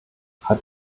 hat